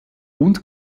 und